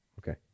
Okay